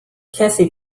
cassie